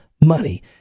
money